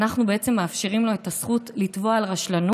אנחנו בעצם מאפשרים לו את הזכות לתבוע על רשלנות,